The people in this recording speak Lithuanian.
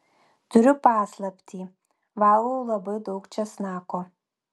turiu paslaptį valgau labai daug česnako